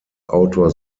autor